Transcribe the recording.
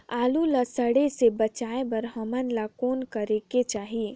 आलू ला सड़े से बचाये बर हमन ला कौन करेके चाही?